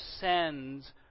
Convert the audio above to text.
sends